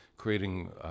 creating